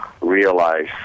realize